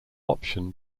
option